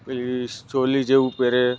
પેલી ચોલી જેવું પહેરે